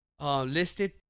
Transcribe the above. Listed